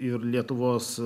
ir lietuvos